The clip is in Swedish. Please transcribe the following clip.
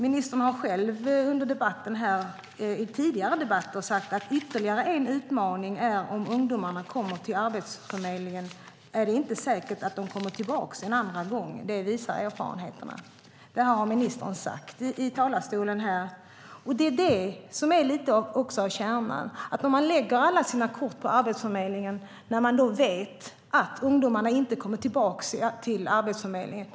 Ministern har själv under tidigare debatter sagt att ytterligare en utmaning är att om ungdomarna kommer till Arbetsförmedlingen är det inte säkert att de kommer tillbaka en andra gång; det visar erfarenheterna. Det har ministern alltså sagt i talarstolen här. Det är också detta som är lite av kärnan: Man lägger alla sina kort på Arbetsförmedlingen när man vet att ungdomarna inte kommer tillbaka dit.